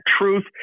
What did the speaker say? truth